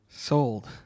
sold